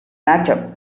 maktub